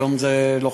היום זה לוחמי-האש,